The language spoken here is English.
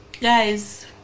Guys